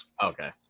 Okay